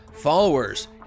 Followers